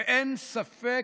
ואין ספק